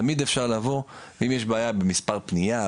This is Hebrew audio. תמיד אפשר לבוא ואם יש בעיה במספר פנייה,